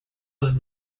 was